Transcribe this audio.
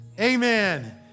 Amen